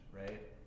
right